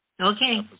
Okay